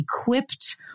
equipped